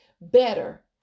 better